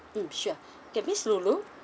mm sure okay miss lu lu